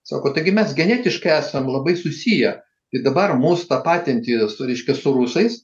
sako taigi mes genetiškai esam labai susiję ir dabar mus tapatinti su reiškia su rusais